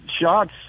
shots